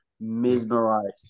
mesmerized